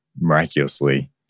miraculously